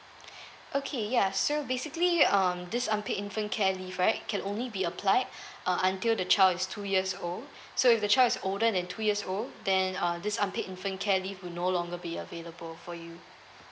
okay ya so basically um this unpaid infant care leave right it can only be applied uh until the child is two years old so if the child is older than two years old then uh this unpaid infant care leave will no longer be available for you